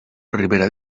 ribera